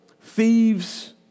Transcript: thieves